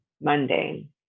mundane